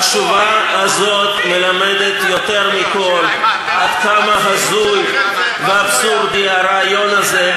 התשובה הזאת מלמדת יותר מכול עד כמה הזוי ואבסורדי הרעיון הזה,